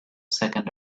second